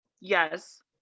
yes